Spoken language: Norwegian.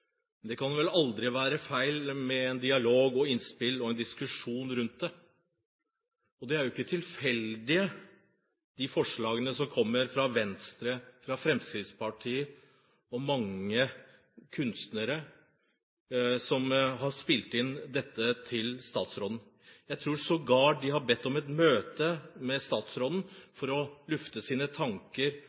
det kan vel aldri være feil med en dialog, innspill og en diskusjon rundt det. De er jo ikke tilfeldige forslag som kommer fra Venstre, fra Fremskrittspartiet, og mange kunstnere har kommet med innspill til statsråden. Jeg tror sågar de har bedt om et møte med statsråden for å lufte sine tanker